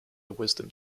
wisdom